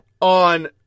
on